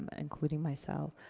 but including myself,